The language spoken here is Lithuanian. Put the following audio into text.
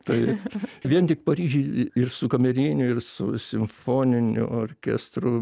taip vien tik paryžiuj ir su kameriniu ir su simfoniniu orkestru